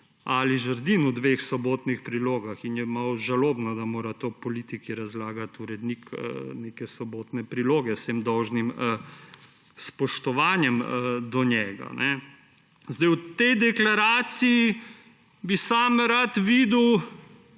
Ali Žerdin v dveh Sobotnih prilogah, in je malo žalostno, da mora to politiki razlagati urednik Sobotne priloge, z vsem dolžnim spoštovanjem do njega. V tej deklaraciji bi sam rad videl